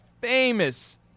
famous